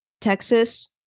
texas